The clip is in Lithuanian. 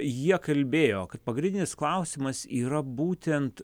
jie kalbėjo kad pagrindinis klausimas yra būtent